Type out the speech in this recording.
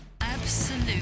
Absolute